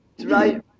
right